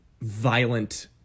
violent